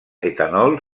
etanol